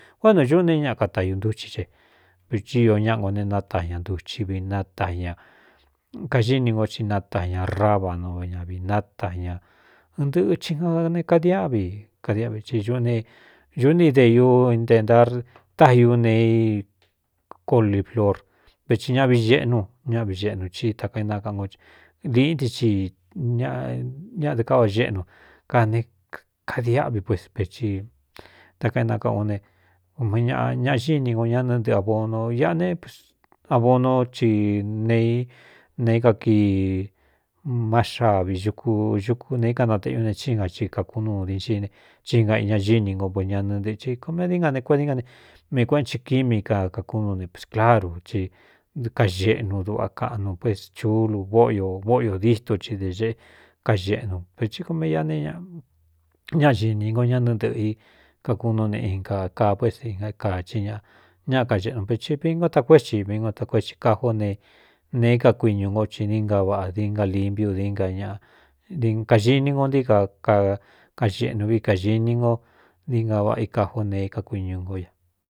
No ñuꞌu neé ñaa kataiu ntúchi xe vetsi ñáꞌa ngo ne náta ña ntuchi vi nata ña kaxíni ngo ti nata ña rabano v ñavi nata ña ɨɨ dɨꞌɨ ti ja ne kadiáꞌvi kadiꞌvi i uꞌunee ñuꞌú ne ideiu intentar táiú nee i coliplor veti ñaꞌaꞌvi geꞌnu ñáꞌaꞌvi geꞌnu i takaénakaꞌan liꞌínti ci ññaꞌdká vaꞌ xeꞌnu kane kadiáꞌvi puésvei takaénakaꞌan o ne ume ñaꞌa ñaꞌ xíni nko ñánɨ ntɨꞌɨ abonu iꞌa ne abonu ci neei neé kakii ma xavi kuuku neé kanateꞌ i u ne cí nga i kākúnuudiínxiíne í nga i ña gíni ngo v ñanɨ ntɨchɨ komeꞌe dií ngane kuꞌedi ngae meī kueꞌenthi quími ka kakúnu nesclaru ti kaxeꞌnu duꞌa kaꞌnu puést chulu ꞌvóꞌiō dîsto ci de xēꞌ kaxeꞌnu veti ko me iꞌa ne ñaꞌ xi ni ngo ñánɨ ntɨꞌɨ̄ i kakunuu ne inka kaa pués na kāhí ña ñaꞌ ka geꞌnu veti vií ngo takoo é tsi vi nko takoo é i kaj ó ne neeé kakuiñū ngo ci ne nga vaꞌa dinga lipi u dañ kaxini ngo ntií ka akaxeꞌnu vi kāxi ní no dingavaꞌa i kajá ó ne kakuiñu ngó ña.